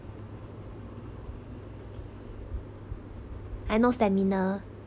I no stamina